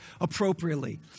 appropriately